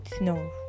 no